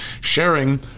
sharing